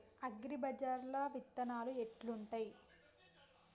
అగ్రిబజార్ల విత్తనాలు ఎట్లుంటయ్?